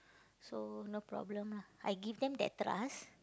so no problem lah I give them that trust